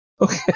Okay